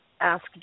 Ask